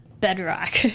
bedrock